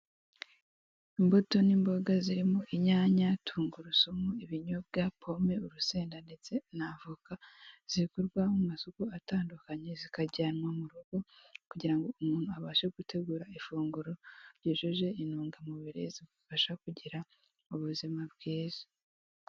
Imbuto n'imboga zirimo inyanya, tungurusumu, ibinyobwa, pome, urusenda, ndetse na avoka zigurwa mu masoko atandukanye zikajyanwa mu rugo kugira ngo umuntu abashe gutegura ifunguro ryujuje intungamubiri zigufasha kugira ubuzima bwiza.